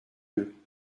deux